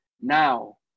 now